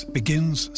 begins